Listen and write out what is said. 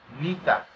nita